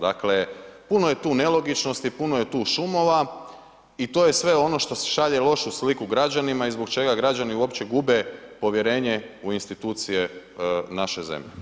Dakle, puno je tu nelogičnosti, puno je tu šumova i to je sve ono što šalje lošu sliku građanima i zbog građani uopće gube povjerenje u institucije naše zemlje.